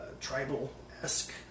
tribal-esque